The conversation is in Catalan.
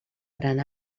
gran